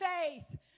faith